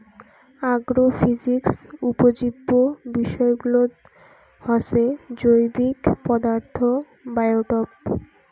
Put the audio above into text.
agrophysics উপজীব্য বিষয়গুলাত হসে জৈবিক পদার্থ, বায়োটোপ